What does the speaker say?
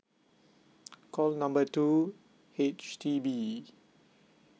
call number two H_D_B